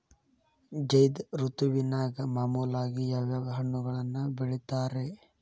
ಝೈದ್ ಋತುವಿನಾಗ ಮಾಮೂಲಾಗಿ ಯಾವ್ಯಾವ ಹಣ್ಣುಗಳನ್ನ ಬೆಳಿತಾರ ರೇ?